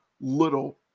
little